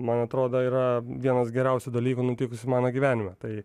man atrodo yra vienas geriausių dalykų nutikusių mano gyvenime tai